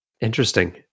Interesting